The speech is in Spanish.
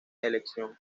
elección